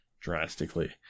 Drastically